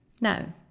Now